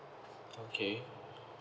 okay